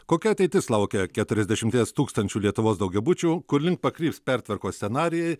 kokia ateitis laukia keturiasdešimties tūkstančių lietuvos daugiabučių kurlink pakryps pertvarkos scenarijai